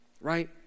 Right